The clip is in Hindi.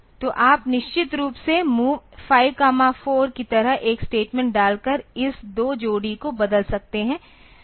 तो आप निश्चित रूप से MOV 54 की तरह एक स्टेटमेंट डालकर इस दो जोड़ी को बदल सकते हैं